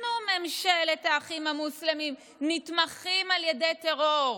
אנחנו ממשלת האחים המוסלמים, נתמכים על ידי טרור?